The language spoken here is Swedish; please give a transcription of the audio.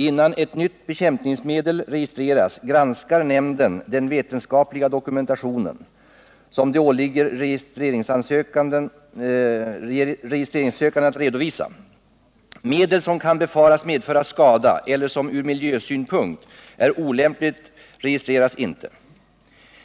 Innan ett nytt bekämpningsmedel registreras granskar nämnden den vetenskapliga dokumentation som det åligger registreringssökanden att redovisa. Medel som kan befaras medföra skada eller som ur miljösynpunkt är olämpligt registreras inte.